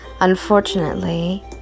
Unfortunately